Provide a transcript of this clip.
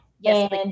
Yes